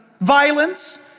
violence